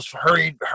hurried